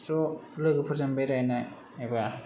ज' लोगोफोरजों बेरायनाय एबा